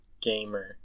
gamer